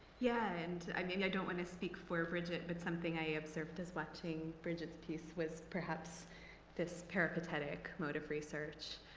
yeah and i mean, i don't want to speak for bridget, but something i observed as watching bridget's piece was perhaps this peripatetic mode of research,